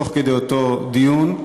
תוך כדי אותו דיון,